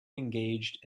engaged